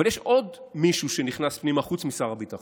אבל יש עוד מישהו שנכנס פנימה חוץ משר הביטחון,